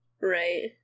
right